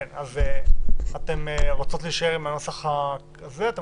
אתן רוצות להישאר עם הנוסח הזה?